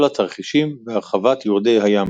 כל התרחישים והרחבת יורדי הים.